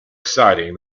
exciting